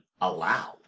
allow